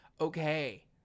okay